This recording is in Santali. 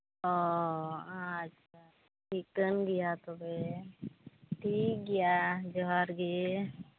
ᱚ ᱟᱪᱪᱷᱟ ᱴᱷᱤᱠᱟᱹᱱ ᱜᱮᱭᱟ ᱛᱚᱵᱮ ᱴᱷᱤᱠ ᱜᱮᱭᱟ ᱡᱚᱦᱟᱨ ᱜᱮ